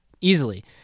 easily